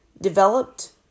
developed